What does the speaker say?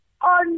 on